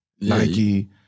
Nike